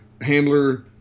handler